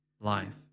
life